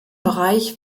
bereich